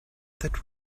that